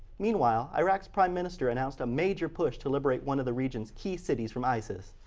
meanwhile iraq's prime minister announced a major push to liberate one of the region's key cities from isis.